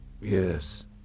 Yes